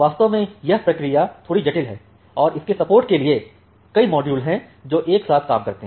वास्तव में यह प्रक्रिया थोड़ी जटिल है और इसके सपोर्ट के लिए कई मॉड्यूल हैं जो एक साथ काम करते हैं